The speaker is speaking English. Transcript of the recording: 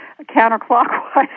counterclockwise